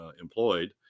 employed